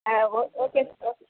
ஆ ஓ ஓகேங்க சார்